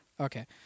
Okay